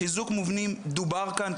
על חיזוק מבנים דובר כאן,